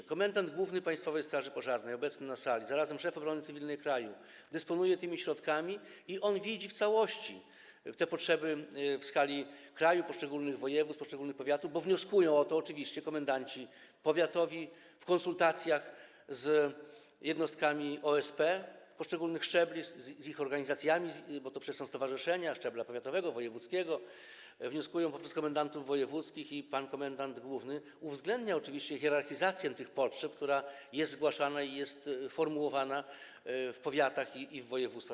Obecny na sali komendant główny Państwowej Straży Pożarnej i zarazem szef Obrony Cywilnej Kraju dysponuje tymi środkami i on widzi w całości te potrzeby w skali kraju, poszczególnych województw, poszczególnych powiatów, bo wnioskują o to oczywiście komendanci powiatowi w konsultacjach z jednostkami OSP poszczególnych szczebli, z ich organizacjami, bo to przecież są stowarzyszenia szczebla powiatowego, wojewódzkiego, wnioskują poprzez komendantów wojewódzkich i pan komendant główny oczywiście uwzględnia hierarchizację tych potrzeb, które są zgłaszane i są formułowane w powiatach i województwach.